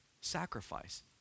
sacrifice